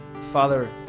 Father